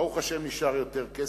ברוך השם נשאר יותר כסף?